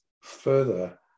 further